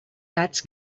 gats